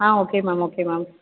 ah okay ma'am okay ma'am